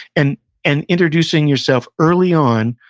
and and introducing yourself early on,